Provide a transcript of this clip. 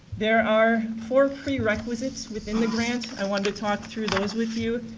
there are four prerequisites within the grant. i wanted to talk through those with you.